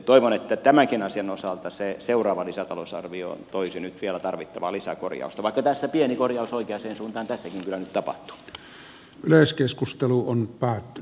toivon että tämänkin asian osalta se seuraava lisätalousarvio toisi nyt vielä tarvittavaa lisäkorjausta vaikka pieni korjaus oikeaan suuntaan tässäkin kyllä nyt tapahtuu